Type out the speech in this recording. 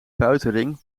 buitenring